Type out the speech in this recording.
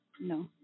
No